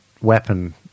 weapon